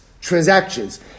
Transactions